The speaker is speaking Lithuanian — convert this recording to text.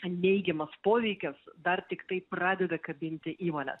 neigiamas poveikis dar tiktai pradeda kabinti įmones